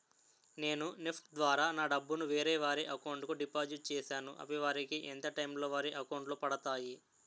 నేను నెఫ్ట్ ద్వారా నా డబ్బు ను వేరే వారి అకౌంట్ కు డిపాజిట్ చేశాను అవి వారికి ఎంత టైం లొ వారి అకౌంట్ లొ పడతాయి?